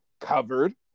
covered